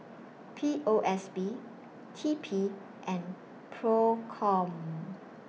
P O S B T P and PROCOM